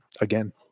again